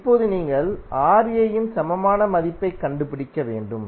இப்போது நீங்கள் Ra இன் சமமான மதிப்பை க் கண்டுபிடிக்க வேண்டும்